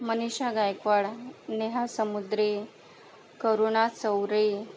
Manisha Gaikwad Neha Samudre Karuna Chaure